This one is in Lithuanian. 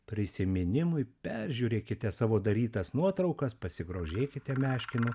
prisiminimui peržiūrėkite savo darytas nuotraukas pasigrožėkite meškinu